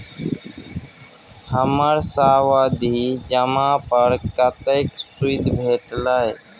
हमर सावधि जमा पर कतेक सूद भेटलै?